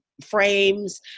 frames